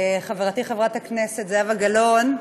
חברתי חברת הכנסת זהבה גלאון,